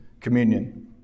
communion